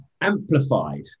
amplified